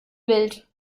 wild